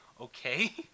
Okay